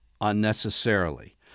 unnecessarily